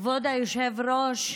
כבוד היושב-ראש,